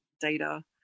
data